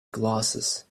glasses